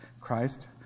Christ